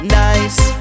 nice